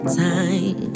time